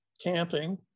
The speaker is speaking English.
camping